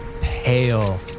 pale